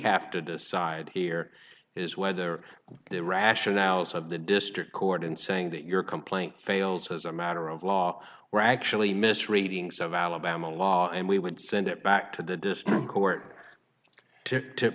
have to decide here is whether the rationales of the district court in saying that your complaint fails as a matter of law were actually misreadings of alabama law and we would send it back to the district court to